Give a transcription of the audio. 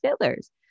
fillers